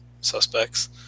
suspects